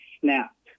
Snapped